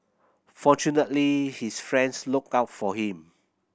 fortunately his friends looked out for him